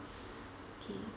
K